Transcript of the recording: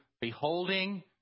beholding